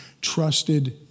trusted